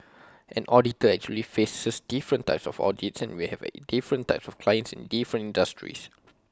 an auditor actually faces different types of audits and we have different types of clients in different industries